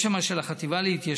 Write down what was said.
יש שם את החטיבה להתיישבות,